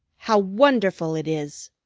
how wonderful it is!